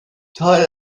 toll